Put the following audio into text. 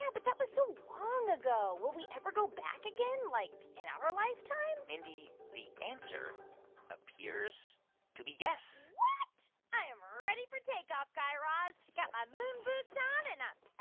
so but that was so long ago. will we ever go back again, like, in our lifetime? mindy, the answer appears to be yes i am ready for take off, guy raz. got my moon boots on, and i'm